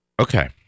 Okay